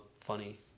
funny